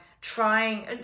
trying –